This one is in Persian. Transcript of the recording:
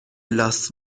لاس